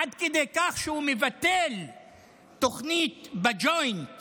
עד כדי כך שהוא מבטל תוכנית בג'וינט